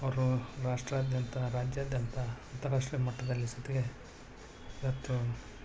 ಅವರು ರಾಷ್ಟ್ರಾದ್ಯಂತ ರಾಜ್ಯಾದ್ಯಂತ ಅಂತಾರಾಷ್ಟ್ರೀಯ ಮಟ್ಟದಲ್ಲಿ ಸತ್ಗೆ ಇವತ್ತು